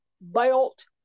belt